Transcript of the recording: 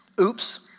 oops